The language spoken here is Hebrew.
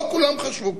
לא כולם חשבו כך.